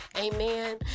Amen